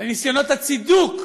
לניסיונות הצידוק